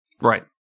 Right